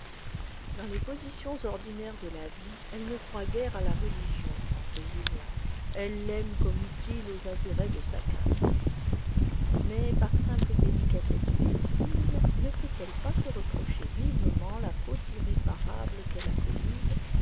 dans les positions ordinaires de la vie elle ne croit guère à la religion pensait julien elle l'aime comme utile aux intérêts de sa caste mais par simple délicatesse féminine ne peut-elle pas se reprocher vivement la faute irréparable qu'elle a commise